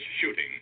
shooting